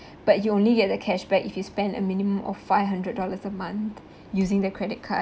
but you only get the cashback if you spend a minimum of five hundred dollars a month using their credit card